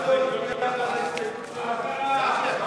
את לא מצביעה על ההסתייגות שלך?